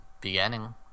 beginning